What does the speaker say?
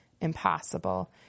impossible